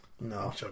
no